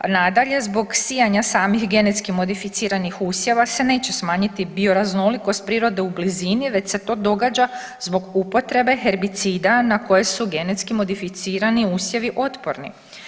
Nadalje, zbog sijanja samih genetski modificiranih usjeva se neće smanjiti bioraznolikost prirode u blizini već se to događa zbog upotrebe herbicida na koje su genetski modificirani usjevi otporni.